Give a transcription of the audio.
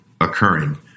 occurring